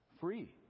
free